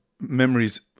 memories